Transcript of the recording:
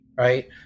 Right